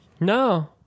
No